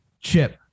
Chip